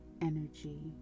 energy